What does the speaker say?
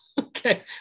Okay